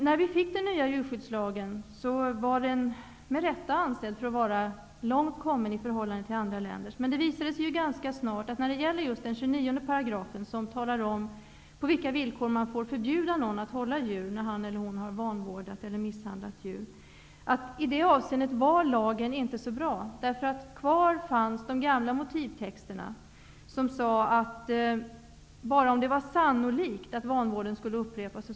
När vi fick den nya djurskyddslagen var den med rätta ansedd för att vara långt kommen i förhållande till andra länders lagstiftning. Men det visade sig ganska snart, att när det gällde den 29 §-- som talar om på vilka villkor man får förbjuda någon att hålla djur när han eller hon har vanvårdat eller misshandlat djur -- var lagen i detta avseende inte så bra, eftersom de gamla motivtexterna fanns kvar. Där sades att man bara skulle meddela förbud om det var sannolikt att vanvården skulle upprepas.